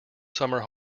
summer